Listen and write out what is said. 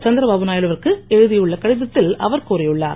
சந்தரபாபு நாயுடுவிற்கு எழுதியுள்ள கடிதத்தில் அவர் கூறியுள்ளார்